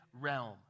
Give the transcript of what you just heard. realm